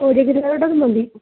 ഒരു കിലോയുടേത് മതി